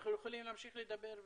אנחנו יכולים להמשיך לדבר,